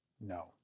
No